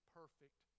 perfect